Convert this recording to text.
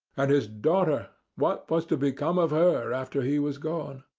and his daughter what was to become of her after he was gone?